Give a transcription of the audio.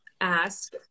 ask